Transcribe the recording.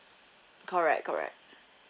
correct correct